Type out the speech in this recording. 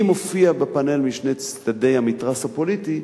מופיע בפאנל משני צדדי המתרס הפוליטי,